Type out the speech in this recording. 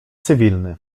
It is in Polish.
cywilny